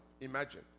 Imagine